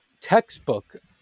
textbook